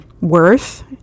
worth